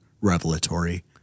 revelatory